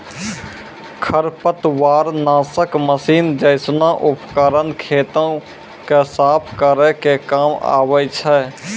खरपतवार नासक मसीन जैसनो उपकरन खेतो क साफ करै के काम आवै छै